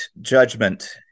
judgment